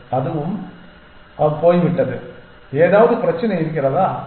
எனவே அதுவும் போய்விட்டது எனவே ஏதாவது பிரச்சினை இருக்கிறதா